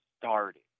started